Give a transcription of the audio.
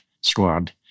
Squad